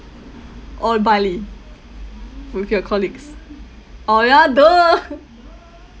or bali with your colleagues oh ya !duh!